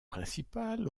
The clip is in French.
principales